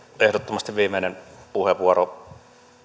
ehdottomasti viimeinen puheenvuoro